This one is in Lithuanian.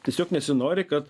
tiesiog nesinori kad